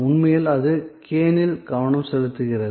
உண்மையில் அது கேனில் கவனம் செலுத்துகிறது